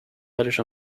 irish